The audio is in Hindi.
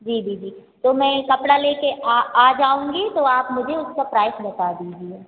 जी दीदी तो मैं कपड़ा लेकर आ जाऊँगी तो आप मुझे उसका प्राइस बता दीजिए